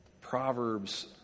Proverbs